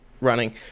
running